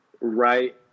right